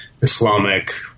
Islamic